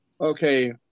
Okay